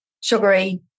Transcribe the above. sugary